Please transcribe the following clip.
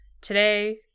today